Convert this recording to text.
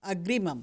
अग्रिमम्